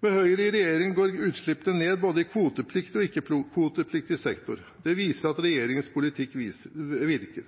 Med Høyre i regjering går utslippene ned både i kvotepliktig og i ikke-kvotepliktig sektor. Det viser at regjeringens politikk virker.